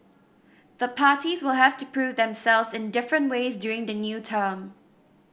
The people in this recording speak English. the parties will have to prove themselves in different ways during the new term